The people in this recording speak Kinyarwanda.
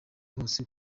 hose